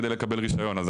כדי לקבל רישיון,